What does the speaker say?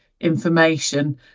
information